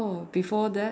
before that